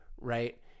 right